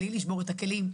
בלי לשבור את הכלים,